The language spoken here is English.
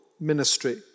ministry